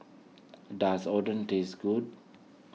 does Oden taste good